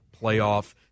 playoff